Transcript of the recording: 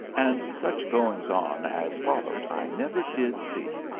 and such goings on as followed i never did see.